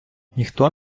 ніхто